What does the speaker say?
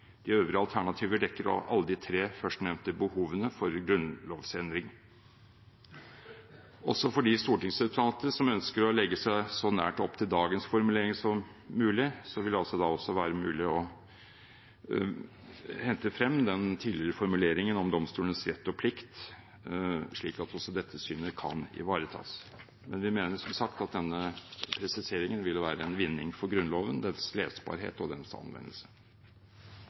De øvrige alternativer dekker alle de tre førstnevnte behovene for grunnlovsendring. Også for de stortingsrepresentanter som ønsker å legge seg så nært opp til dagens formulering som mulig, vil det da være mulig å hente frem den tidligere formuleringen om domstolenes rett og plikt, slik at også dette synet kan ivaretas. Men vi mener som sagt at denne presiseringen ville være en vinning for Grunnloven, dens lesbarhet og dens anvendelse.